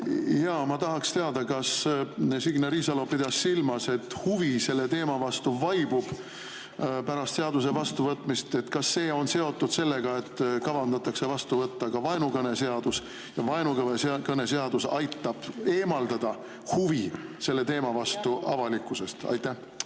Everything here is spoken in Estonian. Ma tahaks teada, kas Signe Riisalo pidas silmas, et kui huvi selle teema vastu vaibub pärast seaduse vastuvõtmist, kas see on seotud sellega, et kavandatakse vastu võtta ka vaenukõne seadus ja vaenukõne seadus aitab avalikkusest eemaldada huvi selle teema vastu. Aitäh!